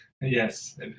yes